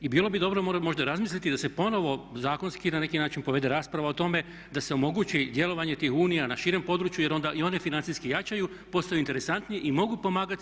I bilo bi dobro možda razmisliti da se ponovno zakonski na neki način povede rasprava o tome da se omogući djelovanje tih unija na širem području jer onda i one financijski jačaju, postaju interesantnije i mogu pomagati.